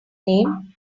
name